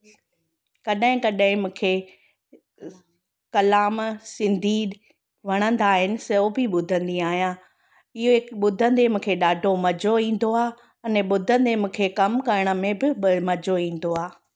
कॾहिं कॾहिं मुखे कलाम सिंधी वणंदा आहिनि सो बि ॿुधंदी आहियां इहो हिकु ॿुधंदे मूंखे ॾाढो मज़ो ईंदो आहे अने ॿुधंदे मुखे कमु करण में बि मज़ो ईंदो आहे